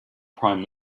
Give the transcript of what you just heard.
prime